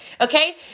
Okay